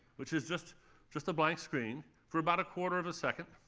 which is just just a blank screen, for about a quarter of a second.